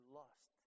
lost